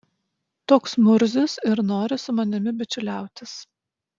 toks murzius ir nori su manimi bičiuliautis